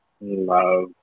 love